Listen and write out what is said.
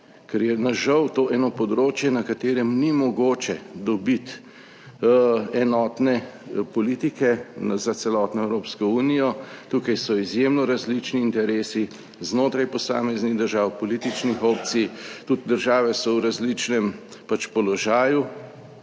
ker je na žal to eno področje, na katerem ni mogoče dobiti enotne politike za celotno Evropsko unijo. Tukaj so izjemno različni interesi znotraj posameznih držav, političnih opcij, tudi države so v različnem položaju